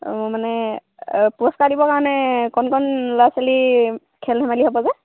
অঁ মানে পুৰস্কাৰ দিবৰ কাৰণে কণ কণ ল'ৰা ছোৱালী খেল ধেমালি হ'ব যে